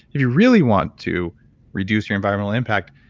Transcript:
if you really want to reduce your environmental impact,